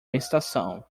estação